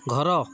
ଘର